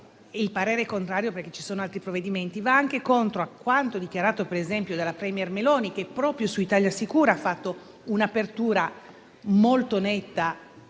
il parere è contrario perché saranno adottati altri provvedimenti va anche contro quanto dichiarato, per esempio, dalla *premier* Meloni, che proprio su "Italia sicura" ha dimostrato un'apertura molto netta